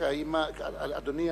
אדוני,